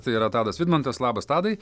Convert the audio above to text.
tai yra tadas vidmantas labas tadai